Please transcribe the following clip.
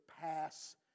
pass